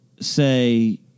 say